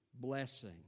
blessing